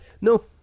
No